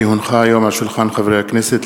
כי הונחה היום על שולחן הכנסת,